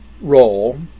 Role